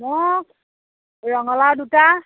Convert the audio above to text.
মোক ৰঙালাও দুটা